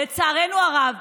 לצערנו הרב,